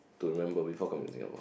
to remember before coming to Singapore